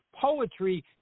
Poetry